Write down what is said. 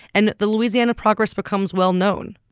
and the louisiana progress becomes well-known,